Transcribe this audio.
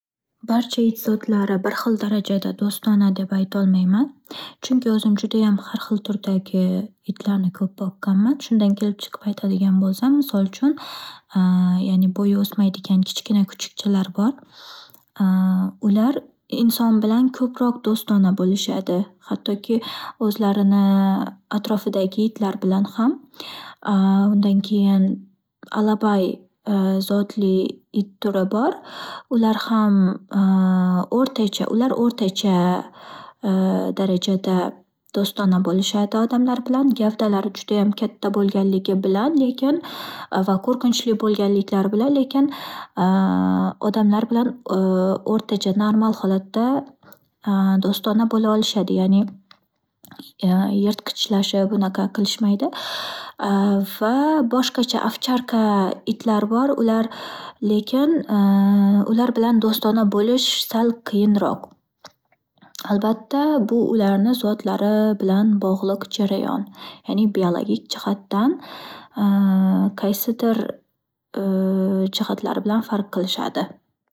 Barcha it zotlari bir xil darajada do'stona deb aytolmayman. Chunki o'zim judayam xar xil turdagi itlarni ko'p boqqanman. Shundan kelib chiqib aytadigan bo'lsam, misol uchun ya'ni bo'yi o'smaydigan kichkina kuchukchalar bor ular inson bilan ko'proq do'stona bo'lishadi. Hattoki o'zlarini atrofidagi itlar bilan ham undan keyin Alabay zotli it turi bor. Ular ham o'rtacha ular o'rtacha darajada do'stona bo'lishadi odamlar bilan. Gavdalari judayam katta bo'lganligi bilan, lekin va qo'rqinchli bo'lganliklari bilan lekin odamlar bilan o'rtacha normal holatda do'stona bo'lishadi, ya'ni yirtqichlashib unaqa qilishmaydi va boshqacha avcharka itlar bor. Ular lekin ular bilan do'stona bo'lish sal qiyinroq. Albatta bu ularni zotlari bilan bog'liq jarayon. Ya'ni biologik jihatdan qaysidir jihatlari bilan farq qilishadi.